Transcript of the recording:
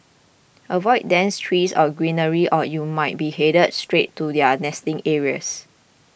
avoid dense trees or greenery or you might be headed straight to their nesting areas